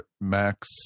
Max